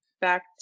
back